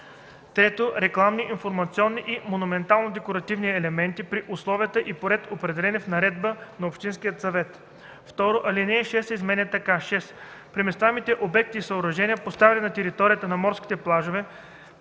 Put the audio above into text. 3. рекламни, информационни и монументално-декоративни елементи, при условия и по ред, определени в наредба на общинския съвет.“ 2. Алинея 6 се изменя така: „(6) Преместваемите обекти и съоръжения, поставени на територията на морските плажове,